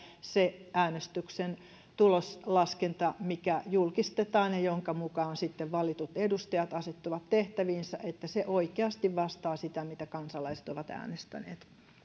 se äänestyksen tuloslaskenta joka julkistetaan ja jonka mukaan valitut edustajat asettuvat tehtäviinsä oikeasti vastaa sitä mitä kansalaiset ovat äänestäneet